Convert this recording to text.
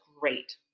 great